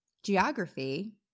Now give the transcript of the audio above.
geography